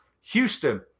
Houston